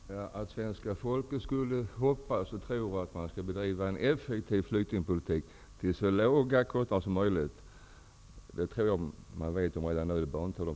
Herr talman! Att svenska folket hoppas att man skall bedriva effektiv flyktingpolitik till så låga kostnader som möjligt tror jag att alla vet. Det behöver inte nämnas här.